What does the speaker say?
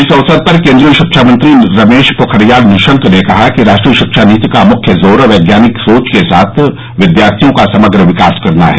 इस अवसर पर केन्द्रीय शिक्षा मंत्री रमेश पोखरियाल निशंक ने कहा कि राष्ट्रीय शिक्षा नीति का मुख्य जोर वैज्ञानिक सोच के साथ विद्यार्थियों का समग्र विकास करना है